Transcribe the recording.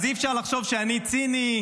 אז אי-אפשר לחשוב שאני ציני,